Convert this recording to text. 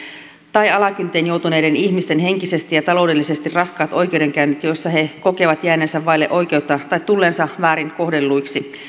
tai alakynteen joutuneiden ihmisten henkisesti ja taloudellisesti raskaat oikeudenkäynnit joissa he kokevat jääneensä vaille oikeutta tai tulleensa väärin kohdelluiksi